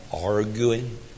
arguing